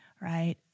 right